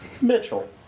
Mitchell